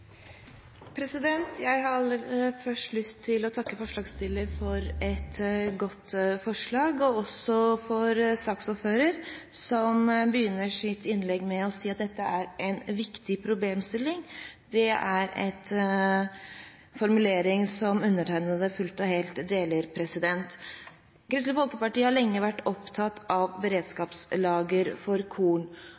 utenkelig. Jeg har først lyst til å takke forslagsstillerne for et godt forslag, og også saksordføreren, som begynner sitt innlegg med å si at dette er en viktig problemstilling. Det er en formulering som undertegnede fullt og helt deler. Kristelig Folkeparti har lenge vært opptatt av